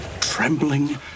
trembling